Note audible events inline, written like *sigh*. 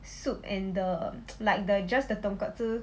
soup and the *noise* like the just the tonkatsu